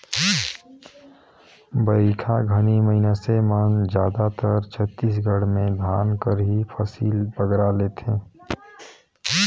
बरिखा घनी मइनसे मन जादातर छत्तीसगढ़ में धान कर ही फसिल बगरा लेथें